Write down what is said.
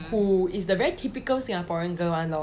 who is the very typical singaporean girl one lor